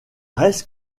reste